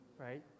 right